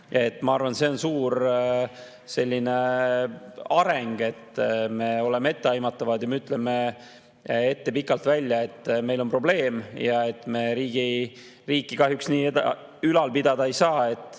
Ma arvan, et see on suur areng, et me oleme etteaimatavad ja me ütleme pikalt ette, et meil on probleem ja me riiki kahjuks nii ülal pidada ei saa, et